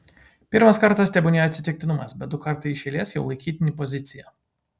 pirmas kartas tebūnie atsitiktinumas bet du kartai iš eilės jau laikytini pozicija